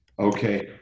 Okay